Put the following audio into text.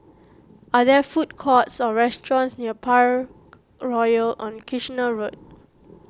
are there food courts or restaurants near Parkroyal on Kitchener Road